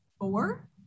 four